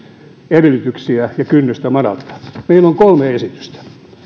edellytyksiä ja madaltaa kynnystä meillä on kolme esitystä